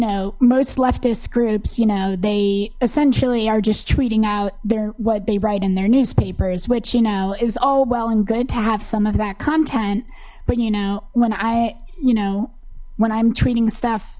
groups you know they essentially are just tweeting out their what they write in their newspapers which you know is all well and good to have some of that content but you know when i you know when i'm treating stuff